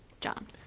John